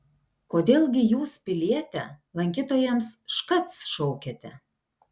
kodėl gi jūs piliete lankytojams škac šaukiate